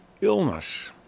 illness